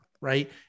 Right